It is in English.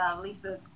Lisa